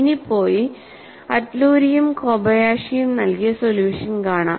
ഇനി പോയി അറ്റ്ലൂരിയും കോബയാഷിയും നൽകിയ സൊല്യൂഷൻ കാണാം